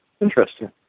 interesting